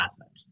assets